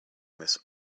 this